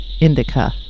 indica